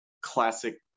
classic